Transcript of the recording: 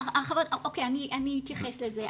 אני אתייחס לזה.